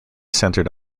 centred